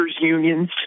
unions